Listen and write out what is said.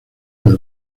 del